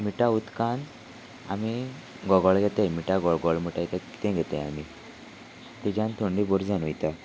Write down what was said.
मिठा उदकान आमी गगोळ घेताय मिठा गळगोळ मिठा तें घेताय आमी तेज्यान थंडी बोरी जायन वयता